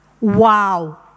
Wow